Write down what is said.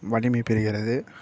வலிமை பெறுகிறது